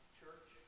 church